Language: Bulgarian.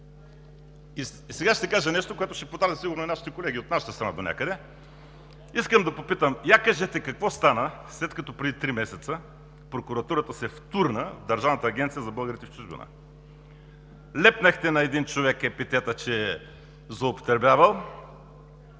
Сега ще кажа, което донякъде ще подразни сигурно и колегите от нашата страна, искам да попитам: я кажете какво стана, след като преди три месеца Прокуратурата се втурна в Държавната агенция за българите в чужбина? Лепнахте на един човек епитета, че е злоупотребявал,